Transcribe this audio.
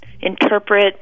interpret